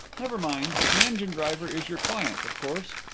never mind. the engine-driver is your client, of course?